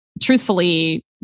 truthfully